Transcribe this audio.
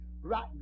right